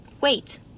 wait